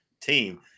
team